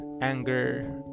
anger